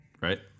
right